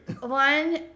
One